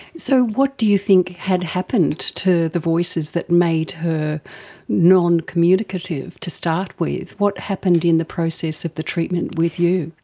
so what do you think had happened to the voices that made her non-communicative to start with? what happened in the process of the treatment with you?